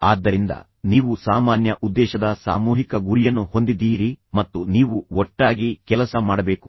ಆದ್ದರಿಂದ ನೀವು ಸಾಮಾನ್ಯ ಉದ್ದೇಶದ ಸಾಮೂಹಿಕ ಗುರಿಯನ್ನು ಹೊಂದಿದ್ದೀರಿ ಮತ್ತು ನೀವು ಒಟ್ಟಾಗಿ ಕೆಲಸ ಮಾಡಬೇಕು